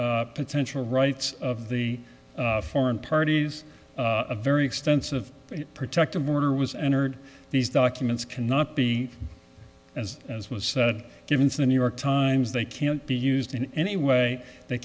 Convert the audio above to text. potential rights of the foreign parties a very extensive protective order was entered these documents cannot be as as was given to the new york times they can't be used in any way they